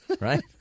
right